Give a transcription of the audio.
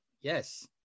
Yes